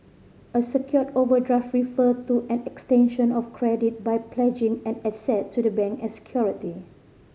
a secured overdraft refer to an extension of credit by pledging an asset to the bank as security